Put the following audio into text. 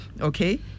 okay